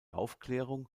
aufklärung